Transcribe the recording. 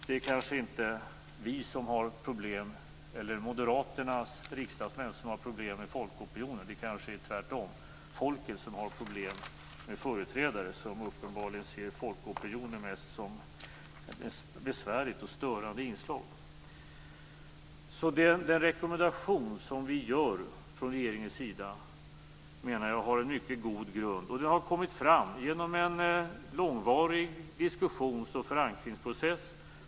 Det kanske inte är Moderaternas riksdagsmän som har problem med folkopinionen; det kanske tvärtom är folket som har problem med företrädare som uppenbarligen ser folkopinionen mest som ett besvärligt och störande inslag. Jag menar att den rekommendation som regeringen gör har en mycket god grund. Den har kommit fram genom en långvarig diskussions och förankringsprocess.